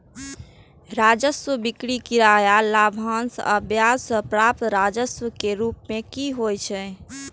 राजस्व बिक्री, किराया, लाभांश आ ब्याज सं प्राप्त राजस्व के रूप मे होइ छै